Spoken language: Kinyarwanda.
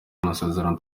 amasezerano